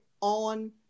on